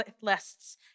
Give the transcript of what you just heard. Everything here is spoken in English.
lists